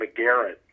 McGarrett